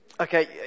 Okay